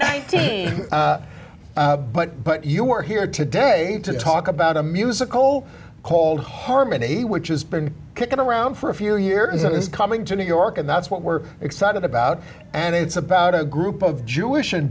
nineteen but but you're here today to talk about a musical called harmony which has been kicking around for a few years and it's coming to new york and that's what we're excited about and it's about a group of jewish and